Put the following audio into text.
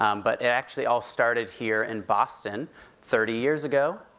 um but it actually all started here in boston thirty years ago.